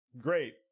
Great